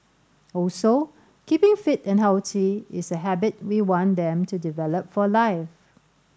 also keeping fit and healthy is a habit we want them to develop for life